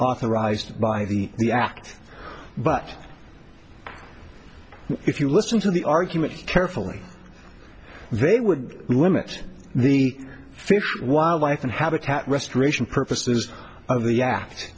authorized by the the act but if you listen to the argument carefully they would limit the fish wildlife and habitat restoration purposes of the act